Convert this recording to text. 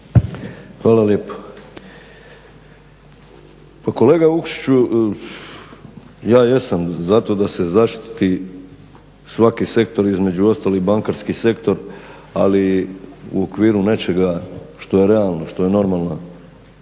Hvala lijepo. Pa kolega Vukšiću ja jesam za to da se zaštiti svaki sektor, između ostalog i bankarski sektor, ali u okviru nečega što je realno, što je normalno